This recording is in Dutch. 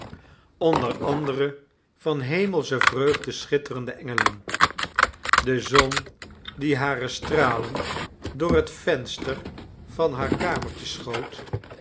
onder andere van hemelsche vreugde schitterende engelen de zon die hare stralen door het venster van haar kamertje schoot